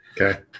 Okay